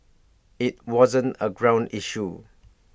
IT wasn't A ground issue